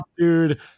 dude